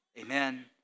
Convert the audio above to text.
Amen